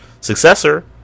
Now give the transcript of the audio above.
successor